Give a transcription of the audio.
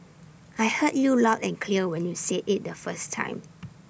I heard you loud and clear when you said IT the first time